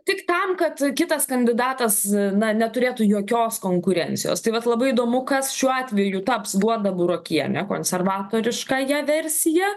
tik tam kad kitas kandidatas na neturėtų jokios konkurencijos tai vat labai įdomu kas šiuo atveju taps guoda burokiene konservatoriškąja versija